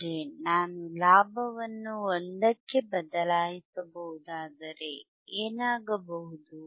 ಆದರೆ ನಾನು ಲಾಭವನ್ನು 1 ಕ್ಕೆ ಬದಲಾಯಿಸಬಹುದಾದರೆ ಏನಾಗಬಹುದು